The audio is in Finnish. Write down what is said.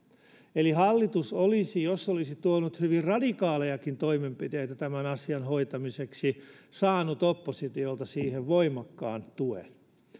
eli hallitus olisi saanut jos se olisi tuonut hyvin radikaalejakin toimenpiteitä tämän asian hoitamiseksi oppositiolta siihen voimakkaan tuen